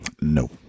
No